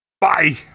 Bye